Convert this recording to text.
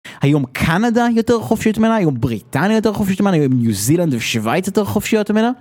היום קנדה יותר חופשית ממנה, היום בריטניה יותר חופשית ממנה, היום ניו זילנד ושוויץ יותר חופשיות ממנה.